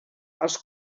els